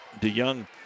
DeYoung